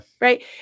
Right